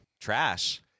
trash